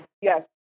yes